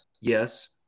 yes